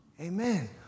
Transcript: Amen